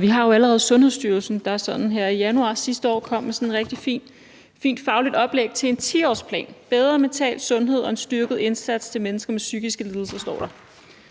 Vi har jo allerede Sundhedsstyrelsen, der i januar sidste år kom med sådan et rigtig fint fagligt oplæg til en 10-årsplan: »Bedre mental sundhed og en styrket indsats til mennesker med psykiske lidelser«,